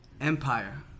Empire